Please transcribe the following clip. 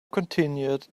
continued